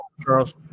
Charles